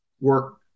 work